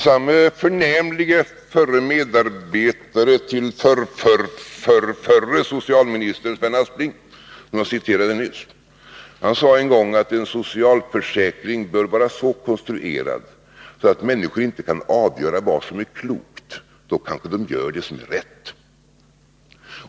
Samme förnämlige förre medarbetare till förrförrförre socialministern Sven Aspling som jag citerade nyss sade en gång: En socialförsäkring bör vara så konstruerad att människor inte kan avgöra vad som är klokt — då kanske de gör det som är rätt.